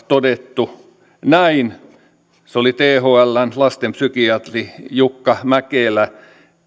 todettu näin se oli thln lastenpsykiatri jukka mäkelä